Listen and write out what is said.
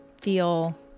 feel